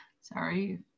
Sorry